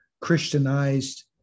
Christianized